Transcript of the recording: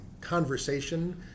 conversation